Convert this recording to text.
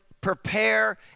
prepare